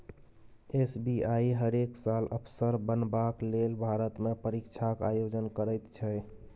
SBI हरेक साल अफसर बनबाक लेल भारतमे परीक्षाक आयोजन करैत छै